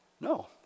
No